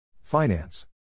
Finance